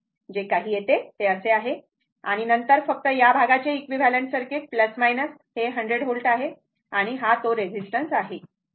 जे काही येते ते असे आहे आणि नंतर फक्त या भागाचे इक्विवेलंट सर्किट हे 100 व्होल्ट आहे आणि हा तो रेझिस्टन्स आहे